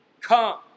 come